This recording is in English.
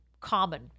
common